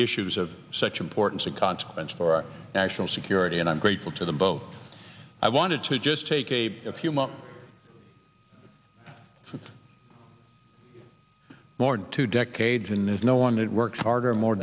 issues of such importance a consequence for our national security and i'm grateful to the boat i wanted to just take a few months with more than two decades and there's no one that works harder